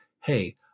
hey